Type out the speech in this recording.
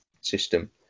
system